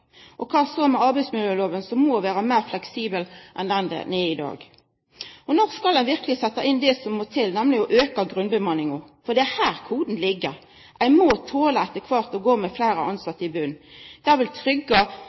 Og kva så med arbeidsmiljølova, som må vera meir fleksibel enn den er i dag. Når skal ein verkeleg setja inn det som må til, nemlig å auka grunnbemanninga? For det er her koden ligg – ein må etter kvart tola å gå med fleire tilsette i botn. Det vil